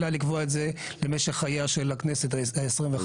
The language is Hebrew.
אלא לקבוע את זה למשך חייה של הכנסת ה-25.